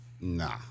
nah